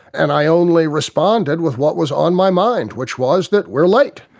and i only responded with what was on my mind, which was that we're late.